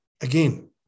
again